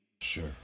Sure